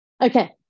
okay